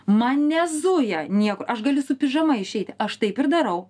man nezuja niekur aš galiu su pižama išeiti aš taip ir darau